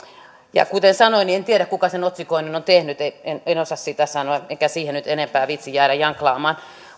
ja kuten sanoin en tiedä kuka sen otsikoinnin on tehnyt en en osaa sitä sanoa enkä siihen nyt enempää viitsi jäädä janklaamaan